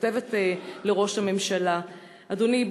כותבת לראש הממשלה: אדוני,